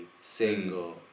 single